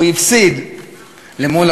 בסופו של דבר הוא הפסיד מול הרומאים.